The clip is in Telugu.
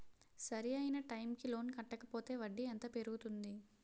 సరి అయినా టైం కి లోన్ కట్టకపోతే వడ్డీ ఎంత పెరుగుతుంది?